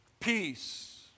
Peace